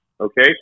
okay